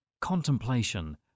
contemplation